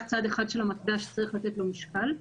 רק צד אחד של המטבע שצריך לתת לו משקל.